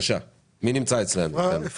של